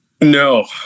No